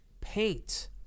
paint